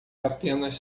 apenas